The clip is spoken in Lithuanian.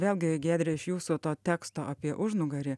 vėlgi giedre iš jūsų to teksto apie užnugarį